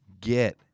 get